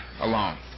alone